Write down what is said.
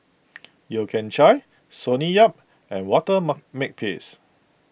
Yeo Kian Chai Sonny Yap and Walter Mark Makepeace